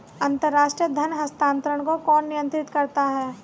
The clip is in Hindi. अंतर्राष्ट्रीय धन हस्तांतरण को कौन नियंत्रित करता है?